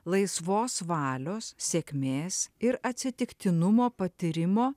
laisvos valios sėkmės ir atsitiktinumo patyrimo